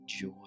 joy